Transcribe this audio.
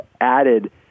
added